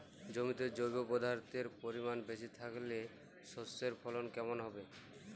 জমিতে জৈব পদার্থের পরিমাণ বেশি থাকলে শস্যর ফলন কেমন হবে?